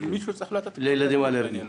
לילדים אלרגיים.